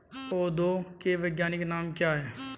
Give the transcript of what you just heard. पौधों के वैज्ञानिक नाम क्या हैं?